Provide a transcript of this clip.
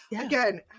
again